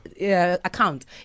account